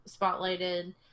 spotlighted